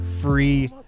free